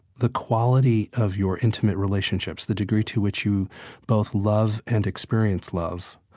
the quality of your intimate relationships, the degree to which you both love and experience love.